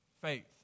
faith